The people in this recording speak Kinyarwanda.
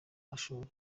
amashuri